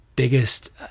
Biggest